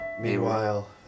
Meanwhile